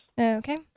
Okay